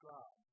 God